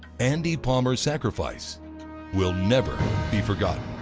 andy palmer's sacrifice will never be forgotten.